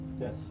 Yes